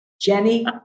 Jenny